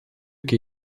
che